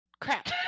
Crap